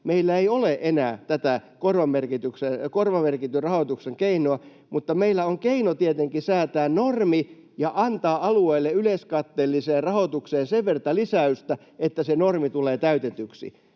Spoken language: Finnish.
meillä ei ole enää tätä korvamerkityn rahoituksen keinoa, mutta meillä on keino tietenkin säätää normi ja antaa alueille yleiskatteelliseen rahoitukseen sen verran lisäystä, että se normi tulee täytetyksi.